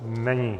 Není.